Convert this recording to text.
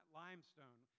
limestone